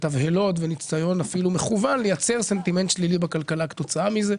תבהלות וניסיון מכוון לייצר סנטימנט שלילי בכלכלה כתוצאה מזה.